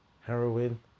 heroin